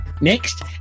Next